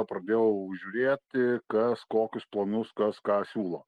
pradėjau žiūrėti kas kokius planus kas ką siūlo